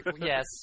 Yes